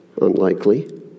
unlikely